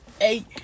eight